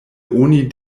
oni